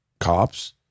cops